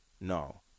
No